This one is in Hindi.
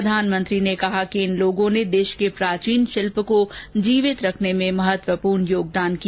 प्रधानमंत्री ने कहा कि इन लोगों ने देश के प्राचीन शिल्प को जीवित रखने में महत्वपूर्ण योगदान किया